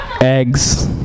eggs